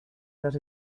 that